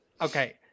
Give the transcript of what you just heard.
Okay